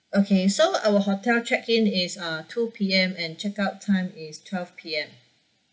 okay so our hotel check in is uh two P_M and check out time is twelve P_M